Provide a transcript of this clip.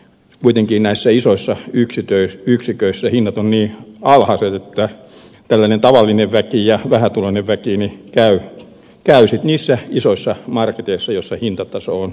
kuitenkin näissä isoissa yksiköissä hinnat ovat niin alhaiset että tällainen tavallinen väki ja vähätuloinen väki käy sitten niissä isoissa marketeissa joissa hintataso on alhaalla